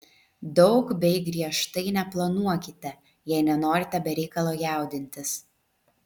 daug bei griežtai neplanuokite jei nenorite be reikalo jaudintis